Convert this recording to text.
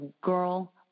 girl